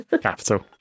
Capital